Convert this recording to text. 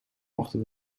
mochten